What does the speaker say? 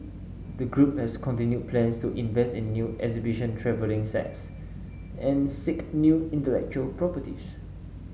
the group has continued plans to invest in new exhibition travelling sets and seek new intellectual properties